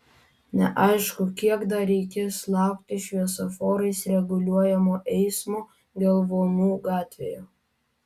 neaišku kiek dar reikės laukti šviesoforais reguliuojamo eismo gelvonų gatvėje